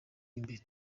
imbere